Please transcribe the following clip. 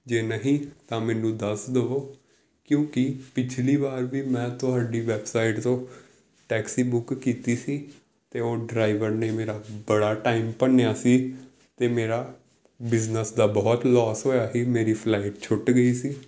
ਜੇ ਨਹੀਂ ਤਾਂ ਮੈਨੂੰ ਦੱਸ ਦਵੋ ਕਿਉਂਕਿ ਪਿਛਲੀ ਵਾਰ ਵੀ ਮੈਂ ਤੁਹਾਡੀ ਵੈਬਸਾਈਟ ਤੋਂ ਟੈਕਸੀ ਬੁੱਕ ਕੀਤੀ ਸੀ ਅਤੇ ਉਹ ਡਰਾਈਵਰ ਨੇ ਮੇਰਾ ਬੜਾ ਟਾਈਮ ਭੰਨਿਆ ਸੀ ਅਤੇ ਮੇਰਾ ਬਿਜਨਸ ਦਾ ਬਹੁਤ ਲੋਸ ਹੋਇਆ ਸੀ ਮੇਰੀ ਫਲਾਈਟ ਛੁੱਟ ਗਈ ਸੀ